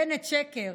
בנט שקר,